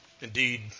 Indeed